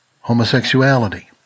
Homosexuality